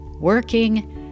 working